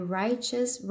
righteous